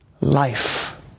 life